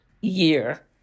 year